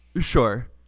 Sure